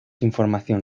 información